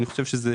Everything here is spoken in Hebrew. אני חושב שזה